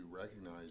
recognize